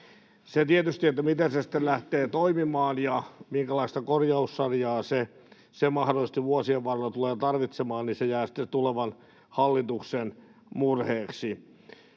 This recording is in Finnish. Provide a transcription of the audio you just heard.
Se tietysti, miten se sitten lähtee toimimaan ja minkälaista korjaussarjaa se mahdollisesti vuosien varrella tulee tarvitsemaan, jää tulevan hallituksen murheeksi.